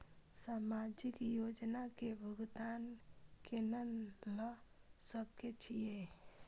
समाजिक योजना के भुगतान केना ल सके छिऐ?